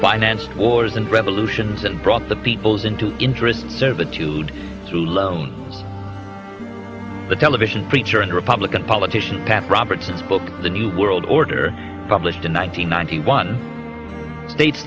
financed wars and revolutions and brought the peoples into interest servitude through loans the television preacher and republican politician pat robertson's book the new world order published in one thousand nine hundred one states